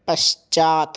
पश्चात्